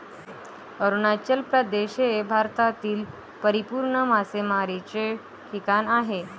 अरुणाचल प्रदेश हे भारतातील परिपूर्ण मासेमारीचे ठिकाण आहे